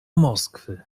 moskwy